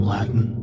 Latin